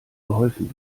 geholfen